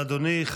תודה לאדוני.